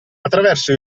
attraverso